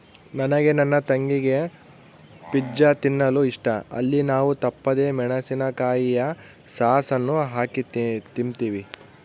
ನನಗೆ ನನ್ನ ತಂಗಿಗೆ ಪಿಜ್ಜಾ ತಿನ್ನಲು ಇಷ್ಟ, ಅಲ್ಲಿ ನಾವು ತಪ್ಪದೆ ಮೆಣಿಸಿನಕಾಯಿಯ ಸಾಸ್ ಅನ್ನು ಹಾಕಿ ತಿಂಬ್ತೀವಿ